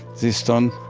this stone